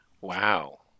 Wow